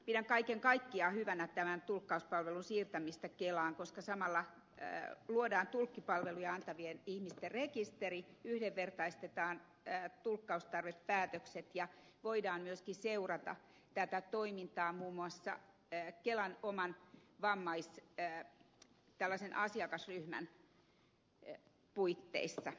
pidän kaiken kaikkiaan hyvänä tämän tulkkauspalvelun siirtämistä kelaan koska samalla luodaan tulkkipalveluja antavien ihmisten rekisteri yhdenvertaistetaan tulkkaustarvepäätökset ja voidaan myöskin seurata tätä toimintaa muun muassa kelan oman asiakasraadin puitteissa